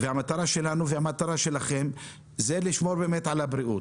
שלנו ושלכם היא לשמור על הבריאות.